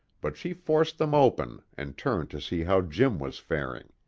but she forced them open and turned to see how jim was faring.